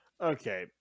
okay